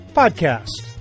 podcast